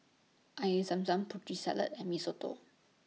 Air Zam Zam Putri Salad and Mee Soto